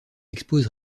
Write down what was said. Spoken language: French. expose